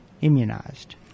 immunized